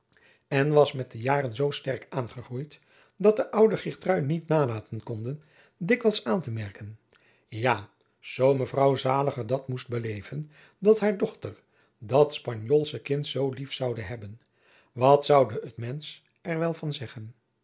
en was met de jaren zoo sterk aangegroeid dat de oude geertrui niet nalaten konde dikwijls aan te merken ja zoo mevrouw zaliger dat moest beleven dat haar dochter dat spanjoolsche kind zoo lief zoude hebben wat zoude het mensch er wel van zeggen